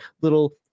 little